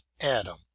Adam